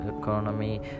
economy